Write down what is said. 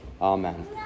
Amen